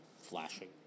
flashing